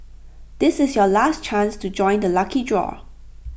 this is your last chance to join the lucky draw